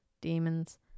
demons